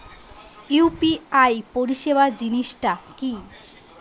UPI পরিসেবা জিনিসটা কি?